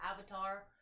avatar